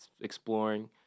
exploring